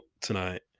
tonight